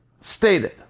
stated